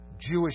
Jewish